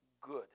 good